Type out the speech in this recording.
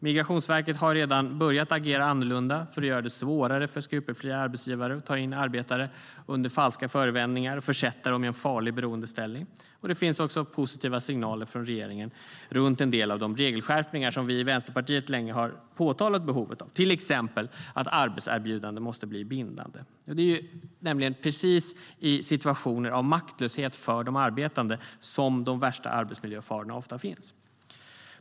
Migrationsverket har redan börjat agera annorlunda för att göra det svårare för skrupelfria arbetsgivare att ta in arbetare under falska förevändningar och försätta dem i en farlig beroendeställning. Det finns också positiva signaler från regeringen om en del av de regelskärpningar som vi i Vänsterpartiet länge har påtalat behovet av, till exempel att arbetserbjudande måste bli bindande. Det är nämligen precis i situationer av maktlöshet för de arbetande som de värsta arbetsmiljöfarorna ofta finns.